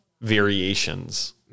variations